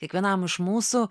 kiekvienam iš mūsų